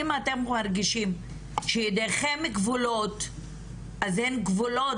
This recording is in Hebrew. אם אתם מרגישים שידיכם כבולות אז הן כבולות